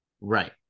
Right